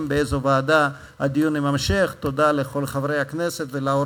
ועדת הכספים.